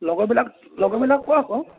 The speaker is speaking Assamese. লগৰবিলাক লগৰবিলাকক ক আক